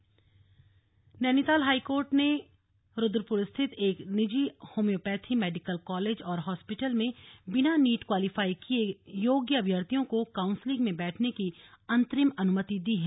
high court अनुमति Nainital high court ने रुद्रपुर स्थित एक निजी होम्योपैथी मेडिकल कॉलेज और हॉस्पिटल में बिना नीट क्वालीफाई किये योग्य अभ्यर्थियों को काउंसलिंग में बैठने की अंतरिम अनुमति दी है